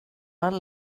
vara